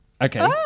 Okay